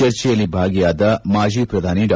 ಚರ್ಚೆಯಲ್ಲಿ ಭಾಗಿಯಾದ ಮಾಜಿ ಪ್ರಧಾನಿ ಡಾ